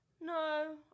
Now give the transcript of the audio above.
No